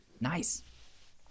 Nice